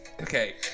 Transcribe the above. okay